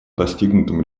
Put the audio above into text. достигнутым